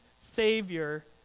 Savior